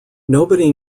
nobody